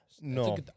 no